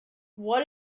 what